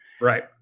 right